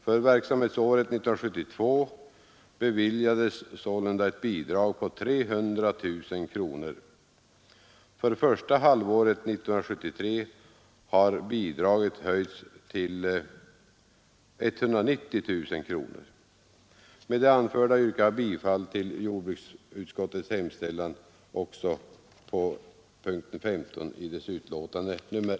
För verksamhetsåret 1972 beviljades sålunda ett bidrag på 300 000 kronor. För första halvåret 1973 har bidraget höjts till 190 000 kronor. Med det anförda yrkar jag bifall till jordsbruksutskottets hemställan under punkten 15 i betänkande nr 1.